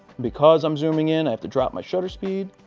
because i'm zooming in, i have to drop my shutter speed.